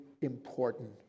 important